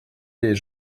les